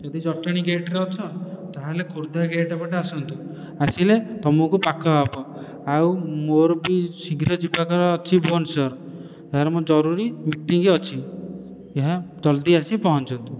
ଯଦି ଜଟଣୀ ଗେଟ୍ ରେ ଅଛ ତାହେଲେ ଖୋର୍ଦ୍ଧା ଗେଟ୍ ପଟେ ଆସନ୍ତୁ ଆସିଲେ ତୁମକୁ ପାଖ ହେବ ଆଉ ମୋର ବି ଶୀଘ୍ର ଯିବାର ଅଛି ଭୁବନେଶ୍ୱର ଏହାର ମୋ ଜରୁରୀ ମିଟିଂ ଅଛି ଏହା ଜଲ୍ଦି ଆସି ପହଞ୍ଚନ୍ତୁ